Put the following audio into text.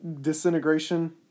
disintegration